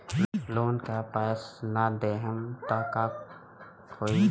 Loan का पैस न देहम त का होई?